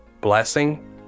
blessing